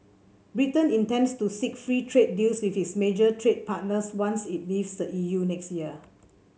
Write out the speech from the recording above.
Britain intends to seek free trade deals with its major trading partners once it leaves the E U next year